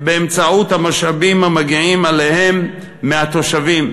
באמצעות המשאבים המגיעים אליהן מהתושבים,